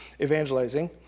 evangelizing